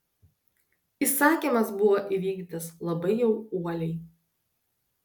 įsakymas buvo įvykdytas labai jau uoliai